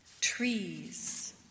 Trees